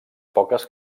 poques